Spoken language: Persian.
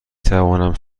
توانم